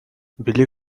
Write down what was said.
били